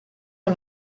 ont